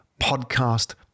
podcast